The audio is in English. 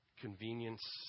convenience